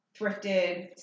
thrifted